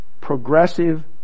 progressive